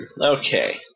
Okay